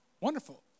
wonderful